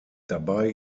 dabei